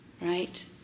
right